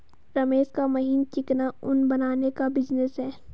रमेश का महीन चिकना ऊन बनाने का बिजनेस है